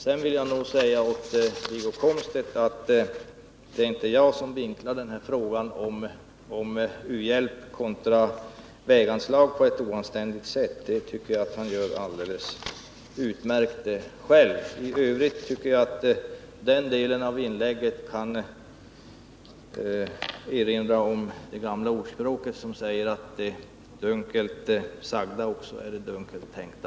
Sedan vill jag nog säga till Wiggo Komstedt att det inte är jag som vinklar frågan om u-hjälp kontra väganslag på ett oanständigt sätt. Det tycker jag att han gör alldeles utmärkt själv. I övrigt tycker jag att den delen av anförandet erinrar om det gamla ordspråket som säger att det dunkelt sagda också är det dunkelt tänkta.